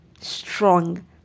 strong